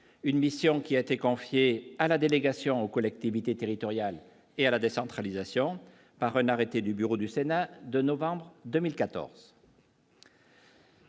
une mission qui a été confiée à la délégation aux collectivités territoriales et à la décentralisation, par un arrêté du bureau du Sénat de novembre 2014.